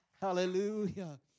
Hallelujah